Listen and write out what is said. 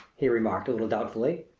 he remarked, a little doubtfully.